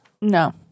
No